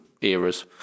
eras